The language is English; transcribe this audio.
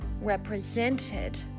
represented